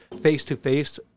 face-to-face